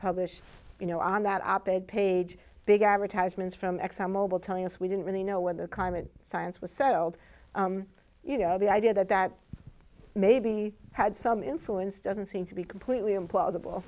published you know on that op ed page big advertisements from exxon mobil telling us we didn't really know when the climate science was so you know the idea that that maybe had some influence doesn't seem to be completely implausible